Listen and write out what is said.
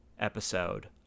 episode